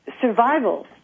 survival